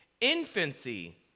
Infancy